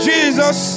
Jesus